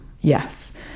Yes